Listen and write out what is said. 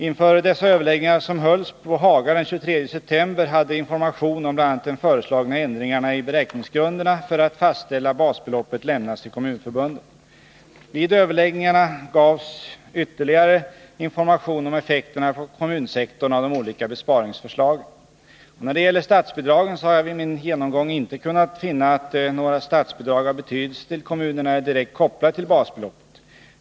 Inför dessa överläggningar, som hölls på Haga den 23 september, hade information om bl.a. de föreslagna ändringarna i beräkningsgrunderna för att fastställa basbeloppet lämnats till kommunförbunden. Vid överläggningarna gavs ytterligare information om effekterna på kommunsektorn av de olika besparingsförslagen. När det gäller statsbidragen har jag vid min genomgång inte kunnat finna att några statsbidrag av betydelse till kommunerna är direkt kopplade till basbeloppet.